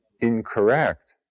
incorrect